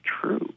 true